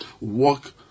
walk